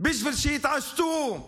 בשביל שיתעשתו,